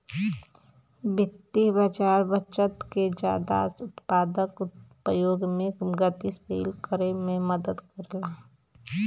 वित्तीय बाज़ार बचत के जादा उत्पादक उपयोग में गतिशील करे में मदद करला